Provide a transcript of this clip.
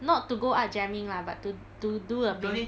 not to art jamming lah but to do a paint